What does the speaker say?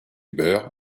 beurre